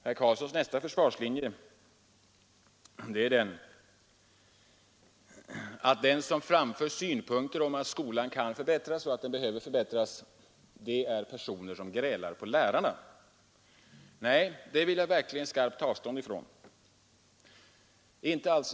Herr Carlssons nästa försvarslinje är att de som framför synpunkter innebärande att skolan behöver och kan förbättras i själva verket är personer som grälar på lärarna. Nej, det vill jag verkligen skarpt ta avstånd från.